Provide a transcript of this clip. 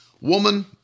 woman